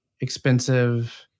expensive